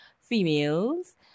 females